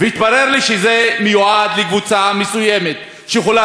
התברר לי שזה מיועד לקבוצה מסוימת שיכולה